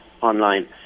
online